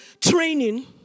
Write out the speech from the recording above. training